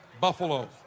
Buffalo